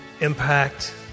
impact